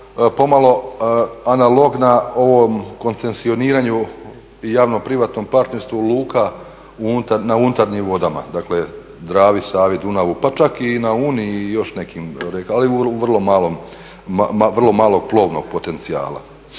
pomalo analogna ovom koncesioniranju javno-privatnom partnerstvu luka na unutarnjim vodama dakle Dravi, Savi, Dunavu pa čak i na Uni i još nekim, ali vrlo malom, vrlo malo plovnog potencijala.